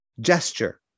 gesture